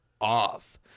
off